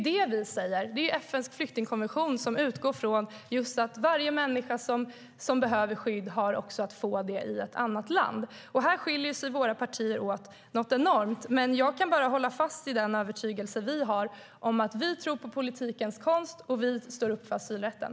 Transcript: FN:s flyktingkommission utgår från att varje människa som behöver skydd också har rätt att få det i ett annat land. Här skiljer sig våra partier åt något enormt. Men jag kan bara hålla fast vid den övertygelse vi har. Vi tror på politikens konst, och vi står upp för asylrätten.